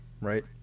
right